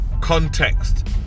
context